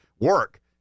work